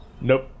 Nope